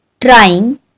trying